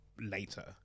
later